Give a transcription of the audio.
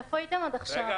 נכון, איפה הייתם עד עכשיו?